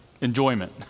enjoyment